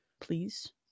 Please